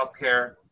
healthcare